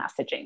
messaging